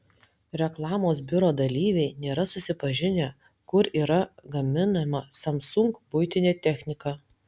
reklamos biuro dalyviai nėra susipažinę kur yra gaminama samsung buitinė technika